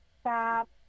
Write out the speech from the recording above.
stop